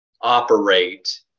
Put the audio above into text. operate